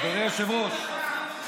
אדוני היושב-ראש,